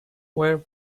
where